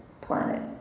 planet